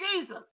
Jesus